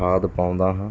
ਖਾਦ ਪਾਉਂਦਾ ਹਾਂ